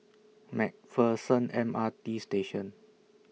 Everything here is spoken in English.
MacPherson M R T Station